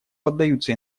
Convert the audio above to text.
поддаются